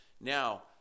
now